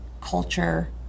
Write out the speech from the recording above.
culture